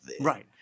Right